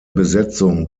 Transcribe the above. besetzung